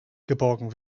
geborgen